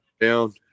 down